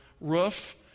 roof